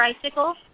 tricycle